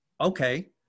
Okay